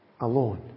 alone